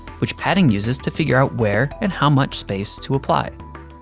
which padding uses to figure out where and how much space to apply.